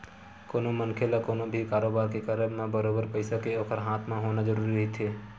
कोनो मनखे ल कोनो भी कारोबार के करब म बरोबर पइसा के ओखर हाथ म होना जरुरी रहिथे